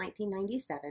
1997